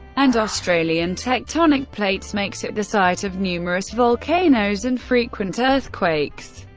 and australian tectonic plates makes it the site of numerous volcanoes and frequent earthquakes.